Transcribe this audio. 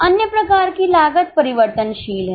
अन्य प्रकार की लागत परिवर्तनशील है